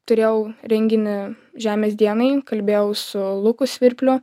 turėjau renginį žemės dienai kalbėjau su luku svirpliu